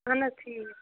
اہن حظ ٹھیٖک